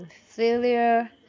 failure